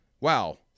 Wow